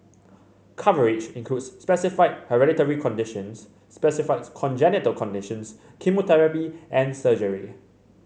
coverage includes specified hereditary conditions specified congenital conditions chemotherapy and surgery